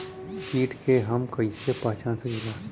कीट के हम कईसे पहचान सकीला